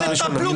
די.